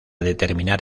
determinar